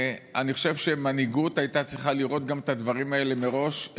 אני חושב שמנהיגות הייתה צריכה לראות גם את הדברים האלה מראש,